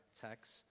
text